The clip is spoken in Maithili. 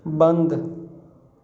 बन्द